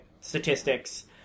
statistics